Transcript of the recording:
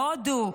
בהודו,